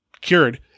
cured